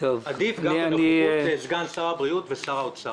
עדיף בנוכחות סגן שר הבריאות ושר האוצר.